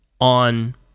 on